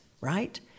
right